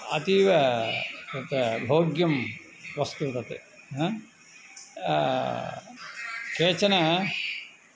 अतीव तत् भोग्यं वस्तु तत् हा केचन